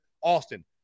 Austin